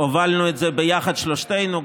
הובלנו את זה יחד שלושתנו,